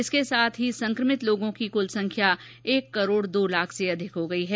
इसके साथ ही संक्रमित लोगों की कूल संख्या एक करोड दो लाख से अधिक हो गई है